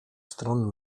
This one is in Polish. stron